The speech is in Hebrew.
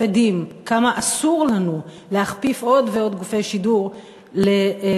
עדים כמה אסור לנו להכפיף עוד ועוד גופי שידור לממשלה.